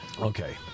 Okay